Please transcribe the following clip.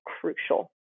crucial